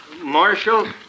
Marshal